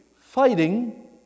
fighting